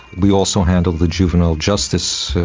we also handle the juvenile justice,